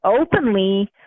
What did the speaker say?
openly